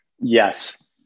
Yes